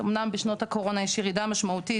בשנות הקורונה יש ירידה משמעותית,